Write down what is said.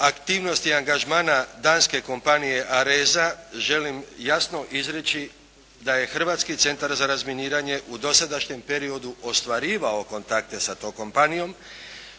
aktivnosti angažmana danske kompanije "Arezza" želim jasno izreći da je Hrvatski centar za razminiranje u dosadašnjem periodu ostvarivao kontakte sa tom kompanijom